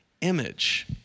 image